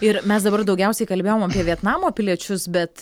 ir mes dabar daugiausiai kalbėjom apie vietnamo piliečius bet